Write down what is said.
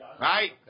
right